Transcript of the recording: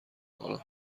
کنم